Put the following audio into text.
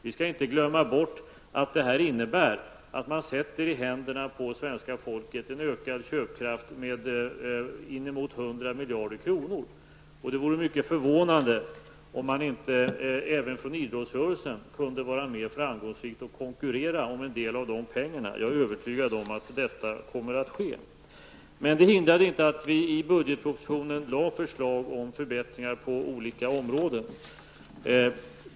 Vi skall inte glömma bort att vi på detta sätt ger svenska folket en ökad köpkraft motsvarande inemot 100 miljarder kronor. Det vore mycket förvånande om man inte även inom idrottsrörelsen kunde vara mer framgångsrik och konkurrera med en del av de pengarna. Jag är övertygad om att detta kommer att ske. Trots detta lade vi emellertid i budgetpropositionen fram förslag om förbättringar på olika områden.